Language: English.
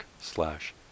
slash